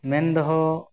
ᱢᱮᱱ ᱫᱚᱦᱚ